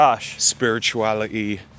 spirituality